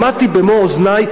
שמעתי במו-אוזני,